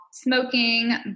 smoking